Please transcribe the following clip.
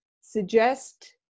suggest